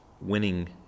winning